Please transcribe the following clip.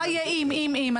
מה יהיה אם, אם ,אם.